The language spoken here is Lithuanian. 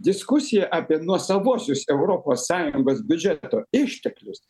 diskusija apie nuosavuosius europos sąjungos biudžeto išteklius